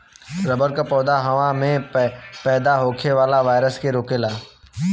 rubber क पौधा हवा में पैदा होखे वाला वायरस के रोकेला